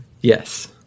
Yes